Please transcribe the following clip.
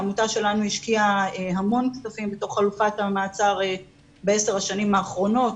העמותה שלנו השקיעה המון כספים בתוך חלופת המעצר בעשר השנים האחרונות,